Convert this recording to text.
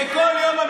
כל יום,